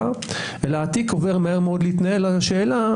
אלא התיק עובר מהר מאוד להתמקד בשאלה,